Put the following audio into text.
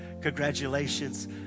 Congratulations